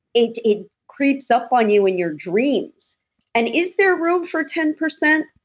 it it creeps up on you in your dreams and is there room for ten percent?